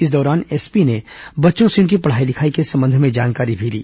इस दौरान एसपी ने बच्चों से उनकी पढाई लिखाई के संबंध में जानकारी भी ली